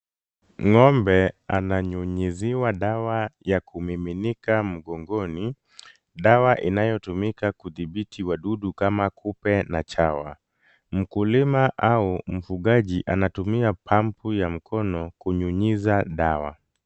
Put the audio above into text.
Ng'ombe ananyunyiziwa dawa ya kumiminika mgongoni. Dawa inayotumika kudhibiti wadudu kama kupe na chawa. Mkulima au mfugaji anatumia pampu ya mkono kunyunyiza dawa.